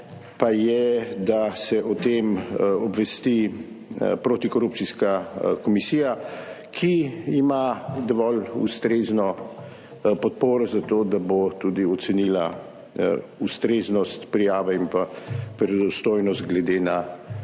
pa je, da se o tem obvesti protikorupcijska komisija, ki ima dovolj ustrezno podporo za to, da bo tudi ocenila ustreznost prijave in verodostojnost glede na